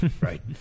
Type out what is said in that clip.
Right